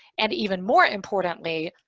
and even more importantly,